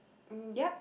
mm yup